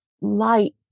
light